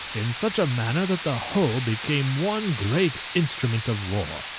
in such a manner that the whole became one great instrument of war.